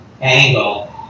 angle